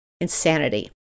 insanity